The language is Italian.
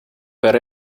per